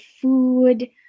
food